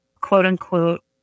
quote-unquote